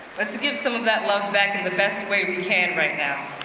let's give some of that love back in the best way we can right now.